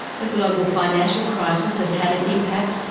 the global financial crisis has had an impact,